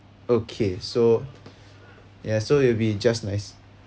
okay so ya so it will be just nice